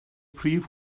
prif